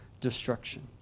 destruction